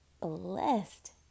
Blessed